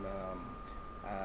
um uh